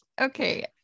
okay